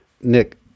Nick